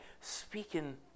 speaking